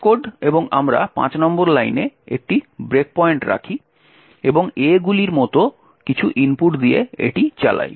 Testcode এবং আমরা 5 নম্বর লাইনে একটি ব্রেকপয়েন্ট রাখি এবং A গুলির মত কিছু ইনপুট দিয়ে এটি চালাই